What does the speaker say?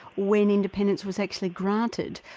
when independence was actually granted,